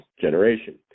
generation